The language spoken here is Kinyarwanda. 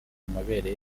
amabere